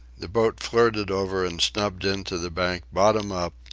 the boat flirted over and snubbed in to the bank bottom up,